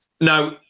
now